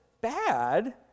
bad